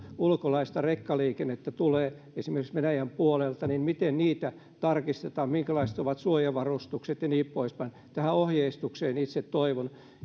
ulkolaista rekkaliikennettä tulee esimerkiksi venäjän puolelta niin miten niitä tarkistetaan minkälaiset ovat suojavarustukset ja niin poispäin tähän ohjeistukseen itse toivon